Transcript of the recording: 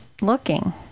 looking